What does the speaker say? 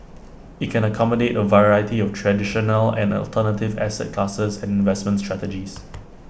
IT can accommodate A variety of traditional and the alternative asset classes and investment strategies